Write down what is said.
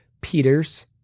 Peters